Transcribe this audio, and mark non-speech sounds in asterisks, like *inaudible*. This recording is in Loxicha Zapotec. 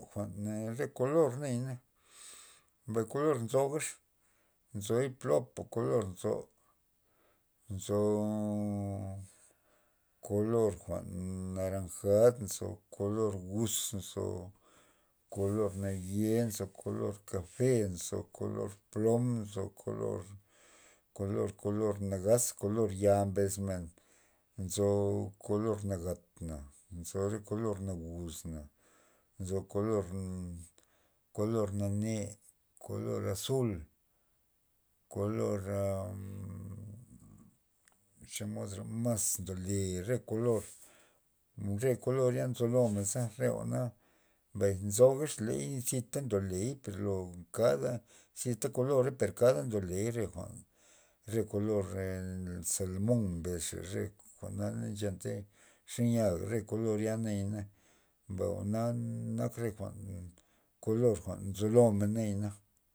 Jwa'n re kolor nayana, mbay kolor nzojax, nzoy plola kolor nzo- nzo kolor jwa'n naranjad nzo kolor gus nzo kolor naye' nzo kolor kafe nzo kolor plom nzo kolor- kolor- kolor nagaz kolor ya mbes men nzo kolor nagat nzo re kolor naguz na, nzo kolor kolor nane' kolor azul kolor *hesitation* xomodra mas ndole re kolor *rudio* re kolor ya nzolomen za re jwa'na mbay nzo zita ndoley lo kada zi ta kolora per kada ndoley re jwa'n re kolor aa salmon mbesxa re kolor na nchenta xe nya re kolor nayana, mbay jwa'na nak re jwa'n kolor jwa'n nzolomen nayana,